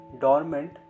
dormant